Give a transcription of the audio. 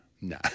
No